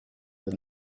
than